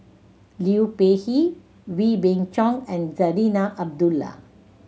Liu Peihe Wee Beng Chong and Zarinah Abdullah